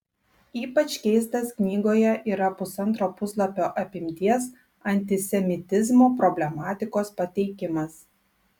ypač keistas knygoje yra pusantro puslapio apimties antisemitizmo problematikos pateikimas